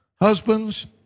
Husbands